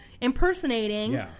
impersonating